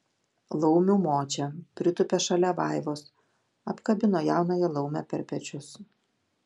laumių močia pritūpė šalia vaivos apkabino jaunąją laumę per pečius